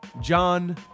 John